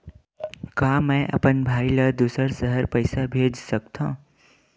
का मैं अपन भाई ल दुसर शहर पईसा भेज सकथव?